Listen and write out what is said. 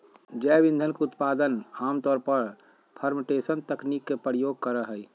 जैव ईंधन के उत्पादन आम तौर पर फ़र्मेंटेशन तकनीक के प्रयोग करो हइ